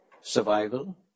survival